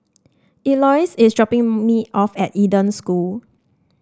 Elois is dropping me off at Eden School